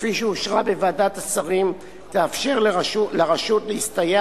שאושרה בוועדת השרים תאפשר לרשות להסתייע